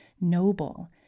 noble